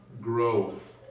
growth